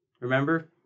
Remember